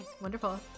wonderful